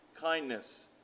kindness